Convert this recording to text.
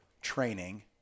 training